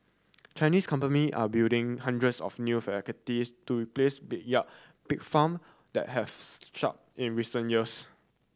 Chinese company are building hundreds of new facilities to replace backyard pig farm that have shut in recent years